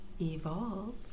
Evolve